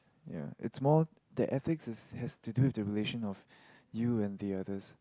ya its more the ethics has has to do with the relation of you and the others